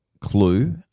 clue